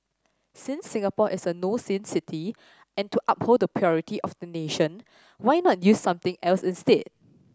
since Singapore is a no sin city and to uphold the purity of the nation why not use something else instead